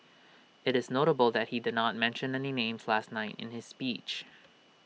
IT is notable that he did not mention any names last night in his speech